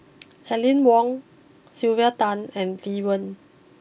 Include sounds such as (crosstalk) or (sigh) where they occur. (noise) Aline Wong Sylvia Tan and Lee Wen